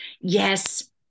Yes